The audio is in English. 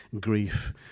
grief